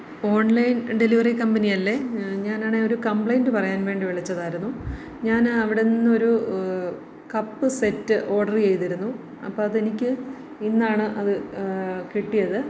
online delivery company അല്ലേ ഞാൻ ആണേ ഒരു കമ്പ്ലൈൻ്റ് പറയാൻ വേണ്ടി വിളിച്ചതായിരുന്നു ഞാൻ അവടെ നിന്നൊരു കപ്പ് സെറ്റ് ഓഡറ് ചെയ്തിരുന്നു അപ്പോൾ അത് എനിക്ക് ഇന്നാണ് അത് കിട്ടിയത്